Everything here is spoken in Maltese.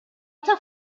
taf